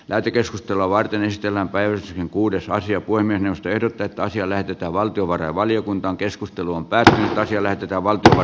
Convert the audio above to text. lähetekeskustelua varten ystävänpäivä on kuudes naisia kuin me ostertagasia lähetetään valtiovarainvaliokuntaankeskusteluun pääsee mäkelä pitää valtion